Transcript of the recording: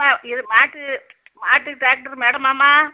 அம்மா இது மாட்டு மாட்டு டாக்டரு மேடமாம்மா